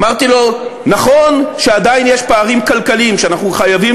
אמרתי לו: נכון שעדיין יש פערים כלכליים שאנחנו חייבים